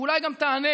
ואולי גם תענה.